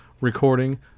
recording